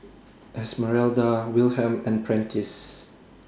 Esmeralda Wilhelm and Prentice